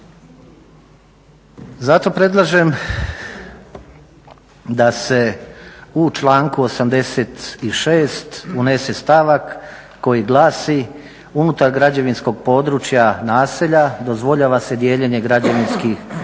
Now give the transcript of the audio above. Zato predlažem da se u članku 86. unese stavak koji glasi: "Unutar građevinskog područja naselja dozvoljava se dijeljenje građevinskih parcela